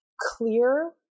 clear